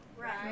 Right